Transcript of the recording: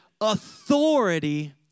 authority